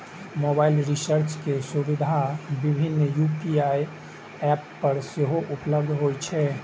mobile recharge के सुविधा विभिन्न यू.पी.आई एप पर सेहो उपलब्ध होइ छै